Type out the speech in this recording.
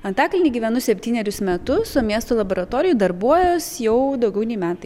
antakalny gyvenu septynerius metus o miesto laboratorijoj darbuojuos jau daugiau nei metai